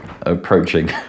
approaching